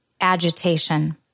agitation